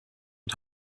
und